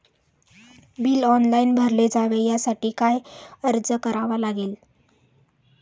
Bill online भरले जावे यासाठी काय अर्ज करावा लागेल?